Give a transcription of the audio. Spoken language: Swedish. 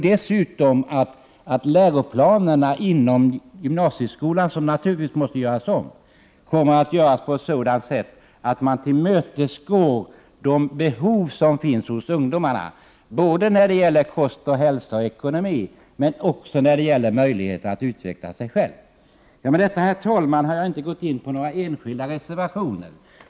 Dessutom skall läroplanerna inom gymnasieskolan — vilka naturligtvis måste göras om — utformas på ett sådant sätt att man tillmötesgår de behov som finns hos ungdomarna såväl när det gäller kost, hälsa och ekonomi som i fråga om möjligheter att utveckla sig själv. Herr talman! Med det anförda har jag inte gått in på några enskilda reservationer.